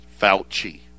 Fauci